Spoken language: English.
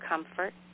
Comfort